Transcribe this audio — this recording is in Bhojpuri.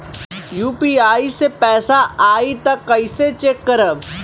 यू.पी.आई से पैसा आई त कइसे चेक करब?